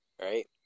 right